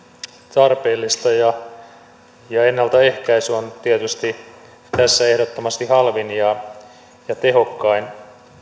tarpeellista ja ja ennaltaehkäisy on tietysti tässä ehdottomasti halvin ja ja tehokkain